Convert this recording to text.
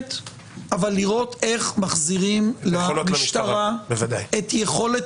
הנוספת אבל לראות איך מחזירים למשטרה את יכולת